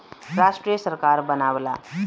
राष्ट्रीय सरकार बनावला